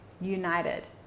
united